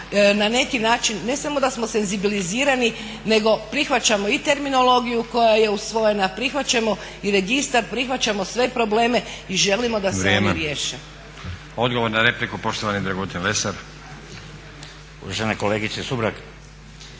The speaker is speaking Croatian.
na neki način ne samo da smo senzibilizirani nego prihvaćamo i terminologiju koja je usvojena, prihvaćamo i registar, prihvaćamo sve probleme i želimo da se oni riješe. **Stazić, Nenad (SDP)** Odgovor na repliku poštovani Dragutin Lesar. **Lesar,